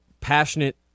passionate